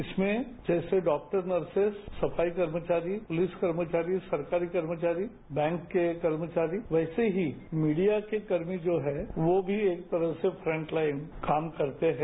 इसमें जैसे doctor nurses सफाई कर्मचारी पुलिस कर्मचारी सरकारी कर्मचारी बैंक के कर्मचारी वैसे ही मीडिया के कर्मी जो हैं वो भी एक तरहसे फ्रंट लाइन काम करते हैं